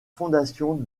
fondation